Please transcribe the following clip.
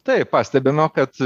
taip pastebima kad